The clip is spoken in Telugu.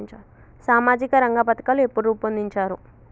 సామాజిక రంగ పథకాలు ఎప్పుడు రూపొందించారు?